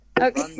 okay